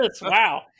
Wow